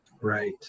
Right